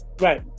Right